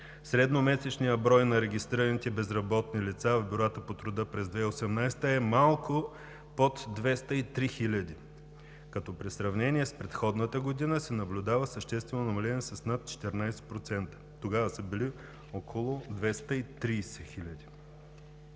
Средномесечният брой на регистрираните безработни лица в бюрата по труда през 2018 г. е малко под 203 хиляди, като при сравнение с предходната година се наблюдава съществено намаление с над 14%. Тогава са били около 230 хиляди.